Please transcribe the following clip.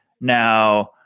Now